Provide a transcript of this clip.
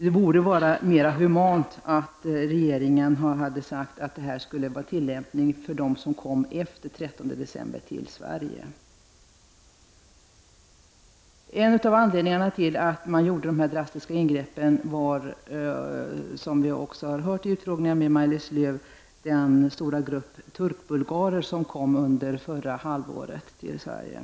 Det hade varit mer humant om regeringen hade sagt att förändringen av bestämmelserna skulle tillämpas på dem som kom till Sverige efter den 13 december. En av anledningarna till dessa drastiska ingrepp var den stora grupp turkbulgarer som under förra halvåret kom till Sverige.